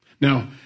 Now